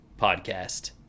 podcast